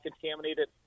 contaminated